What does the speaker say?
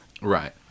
Right